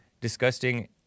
disgusting